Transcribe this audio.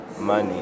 money